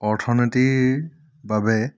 অৰ্থনীতিৰ বাবে